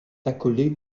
accolée